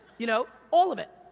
you know? all of it,